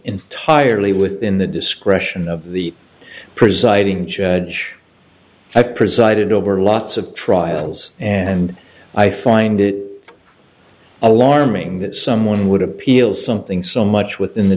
entirely within the discretion of the presiding judge i've presided over lots of trials and i find it alarming that someone would appeal something so much within the